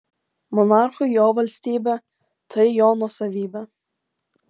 monarchui jo valstybė tai jo nuosavybė